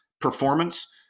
performance